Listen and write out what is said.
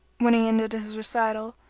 when he ended his recital,